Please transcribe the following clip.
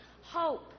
hope